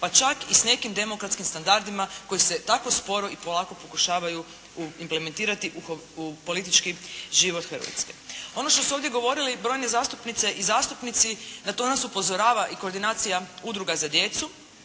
pa čak i s nekim demokratskim standardima, koji se tako sporo i polako implementirati u politički život Hrvatske. Ono što su ovdje govorili brojne zastupnice i zastupnici, na to nas upozorava i koordinacija udruga za djecu.